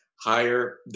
higher